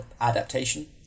adaptation